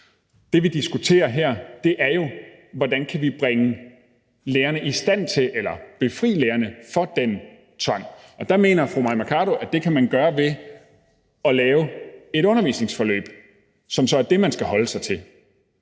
Det, vi diskuterer her, er jo, hvordan vi kan befri lærerne fra den tvang. Og der mener fru Mai Mercado, at det kan man gøre ved at lave et undervisningsforløb, som så er det, man skal holde sig til.